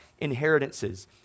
inheritances